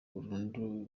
burundu